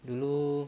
dulu